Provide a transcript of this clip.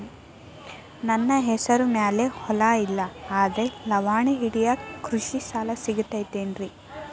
ನನ್ನ ಹೆಸರು ಮ್ಯಾಲೆ ಹೊಲಾ ಇಲ್ಲ ಆದ್ರ ಲಾವಣಿ ಹಿಡಿಯಾಕ್ ಕೃಷಿ ಸಾಲಾ ಸಿಗತೈತಿ ಏನ್ರಿ?